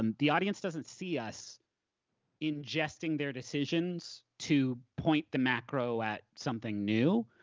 um the audience doesn't see us ingesting their decisions to point the macro at something new,